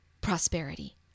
prosperity